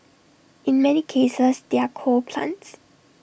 in many cases they're coal plants